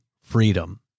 freedom